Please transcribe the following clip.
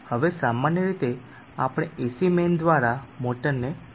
હવે સામાન્ય રીતે આપણે એસી મેઇન દ્વારા મોટરને પાવર આપીએ છીએ